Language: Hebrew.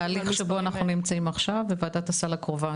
תהליך שאנחנו נמצאים עכשיו בוועדת הסל הקרובה,